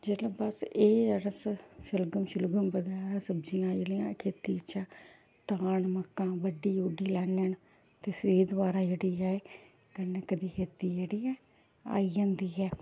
जेल्लै बस एह् शलगम शुलगम बगैरा सब्जियां जेह्ड़ियां खेती च धान मक्कां बड्डी बुड्डी लैन्ने न ते फिर दबारा जेह्ड़ी ऐ कनक दी खेती जेह्ड़ी ऐ आई जंदी ऐ